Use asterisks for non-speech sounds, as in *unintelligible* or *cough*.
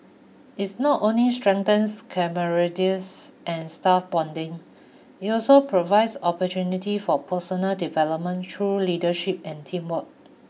it's not only strengthens *unintelligible* and staff bonding it also provides opportunity for personal development through leadership and teamwork